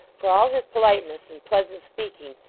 for all his politeness and pleasant speaking,